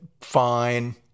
Fine